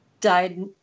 died